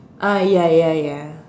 uh ya ya ya